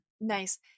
Nice